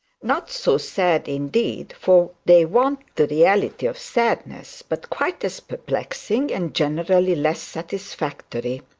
not so sad, indeed, for they want the reality of sadness but quite as perplexing, and generally less satisfactory.